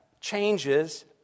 changes